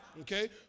Okay